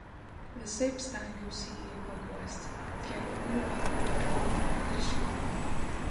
visaip stengiausi jį paguosti kėliau ūpą bariau ir šelpiau